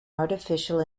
artificial